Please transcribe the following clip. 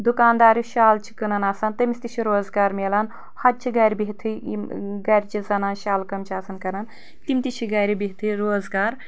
دُکاندار یُس شال چھُ کٕنان آسان تٔمس تہِ چھُ روزگار مِلان ہۄ تہِ چھِ گرِ بہتی یم گرچہِ زنانہٕ شال کام چھِ آسان کران تم تہِ چھِ گرِ بہتی روزگار